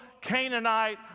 Canaanite